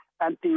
anti